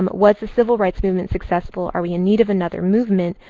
um was the civil rights movement successful? are we in need of another movement?